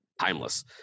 timeless